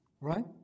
Right